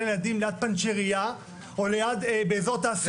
ילדים ליד פנצ'ריה או באיזור תעשייה,